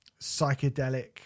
psychedelic